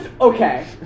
okay